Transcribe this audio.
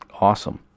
Awesome